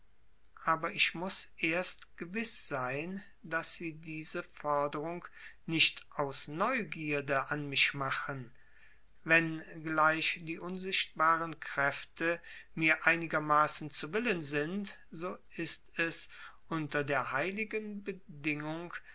aber ich muß erst gewiß sein daß sie diese forderung nicht aus neugierde an mich machen wenn gleich die unsichtbaren kräfte mir einigermaßen zu willen sind so ist es unter der heiligen bedingung